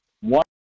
One